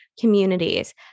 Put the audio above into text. communities